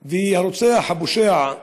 והרוצח, הפושע,